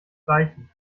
reichen